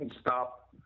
stop